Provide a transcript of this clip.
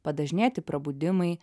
padažnėti prabudimai